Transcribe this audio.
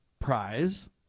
Prize